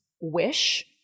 wish